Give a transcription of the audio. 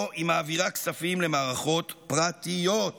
לא, היא מעבירה כספים למערכות פרטיות,